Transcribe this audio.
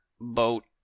boat